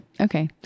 Okay